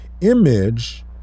Image